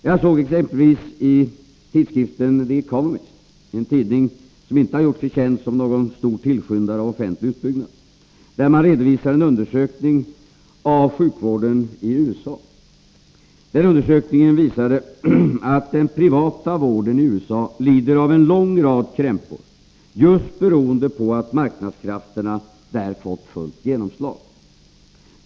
Jag såg exempelvis i tidskriften The Economist — en tidning som inte har gjort sig känd som någon stor tillskyndare av offentlig utbyggnad — att man redovisade en undersökning av sjukvården i USA. Denna undersökning visade att den privata vården i USA lider av en lång rad krämpor, just beroende på att marknadskrafterna där fått fullt genomslag.